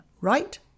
right